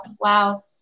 Wow